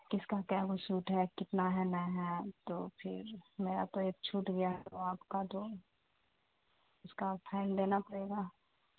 کس کا کیا وہ سوٹ ہے کتنا ہے نہ ہے تو پھر میرا تو ایک چھوٹ گیا ہے تو آپ کا تو اس کا فائن دینا پڑے گا